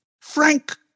Frank